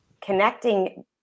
connecting